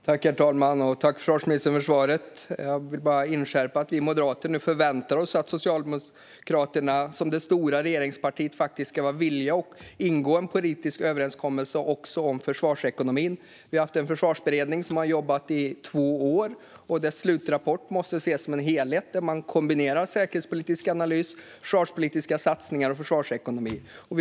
Herr talman! Tack, försvarsministern, för svaret! Jag vill bara inskärpa att vi moderater nu förväntar oss att Socialdemokraterna, som är det stora regeringspartiet, ska vara villiga att ingå en politisk överenskommelse också om försvarsekonomin. Vi har en försvarsberedning som har jobbat i två år. Dess slutrapport måste ses som en helhet där man kombinerar säkerhetspolitisk analys, försvarspolitiska satsningar och försvarsekonomi. Herr talman!